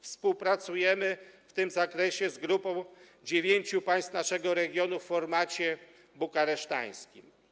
Współpracujemy w tym zakresie z grupą dziewięciu państw naszego regionu w formacie bukareszteńskim.